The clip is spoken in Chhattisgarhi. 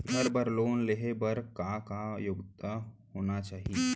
घर बर लोन लेहे बर का का योग्यता होना चाही?